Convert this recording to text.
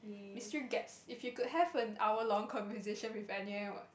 mystery guest if you could have an hour long conversation with anyo~